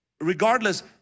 Regardless